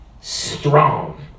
strong